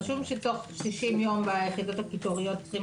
הוא צריך גם לדווח על היקף ההפעלה של יחידות יצור מוגבלות וגם